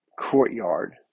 courtyard